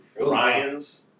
Ryan's